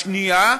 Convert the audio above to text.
השנייה,